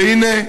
והינה,